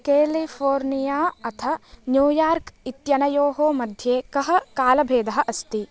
California अथ New York इत्यनयोः मध्ये कः कालभेदः अस्ति